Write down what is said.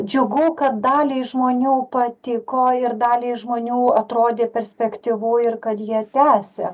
džiugu kad daliai žmonių patiko ir daliai žmonių atrodė perspektyvu ir kad jie tęsia